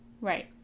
Right